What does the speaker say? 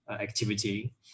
activity